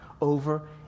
over